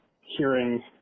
hearing